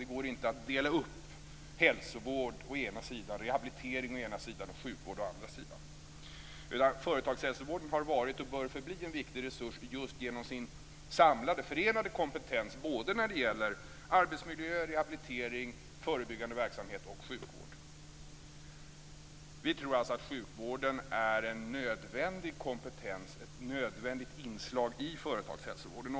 Det går inte att dela upp i hälsovård och rehabilitering å ena sidan och sjukvård å andra sidan. Företagshälsovården har varit, och bör förbli, en viktig resurs just genom sin samlade, förenade, kompetens när det gäller arbetsmiljö, rehabilitering, förebyggande verksamhet och sjukvård. Vi tror alltså att sjukvården är en nödvändig kompetens och ett nödvändigt inslag i företagshälsovården.